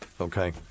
okay